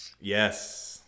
Yes